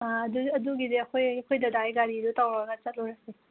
ꯑꯥ ꯑꯗꯨꯒꯤꯗꯤ ꯑꯩꯈꯣꯏ ꯑꯩꯈꯣꯏ ꯗꯥꯗꯥꯒꯤ ꯒꯥꯔꯤꯗꯨ ꯇꯧꯔꯒ ꯆꯠꯂꯨꯔꯁꯤ